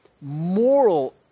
moral